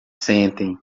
sentem